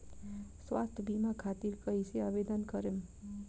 स्वास्थ्य बीमा खातिर कईसे आवेदन करम?